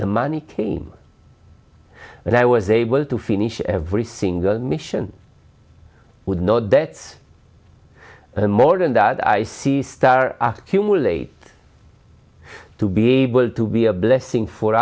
the money came and i was able to finish every single mission with no debts and more than that i see star cumulate to be able to be a blessing for